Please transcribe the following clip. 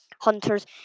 Hunters